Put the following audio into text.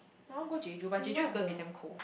I wanna go Jeju but Jeju is gonna be damn cold